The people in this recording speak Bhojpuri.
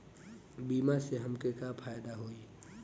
बीमा से हमके का फायदा होई?